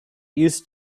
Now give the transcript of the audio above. used